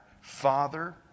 Father